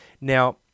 now